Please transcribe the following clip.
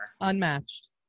Unmatched